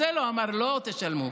אז הוא אמר: תשלמו.